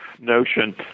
notion